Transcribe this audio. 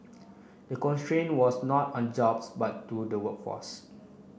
the constraint was not on jobs but due to the workforce